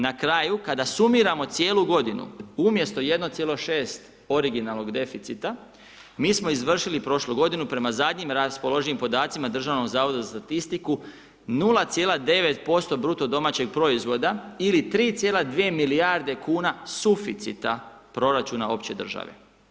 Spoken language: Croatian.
Na kraju kada sumiramo cijelu godinu umjesto 1,6 originalnog deficita mi smo izvršili prošlu godinu prema zadnjim raspoloživim podacima Državnog zavoda za statistiku 0,9% BDP-a ili 3,2 milijarde kuna suficita proračuna opće države.